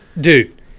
Dude